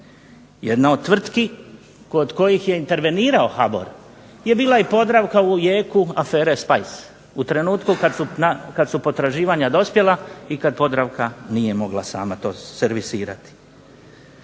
Jedna od tvrtki kod kojih je intervenirao HBOR je bila i PODRAVKA u jeku afere "SPICE" u trenutku kad su potraživanja dospjela i kad PODRAVKA nije mogla sama to servisirati.